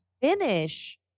finish